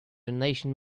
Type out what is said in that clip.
donation